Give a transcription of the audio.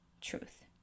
truth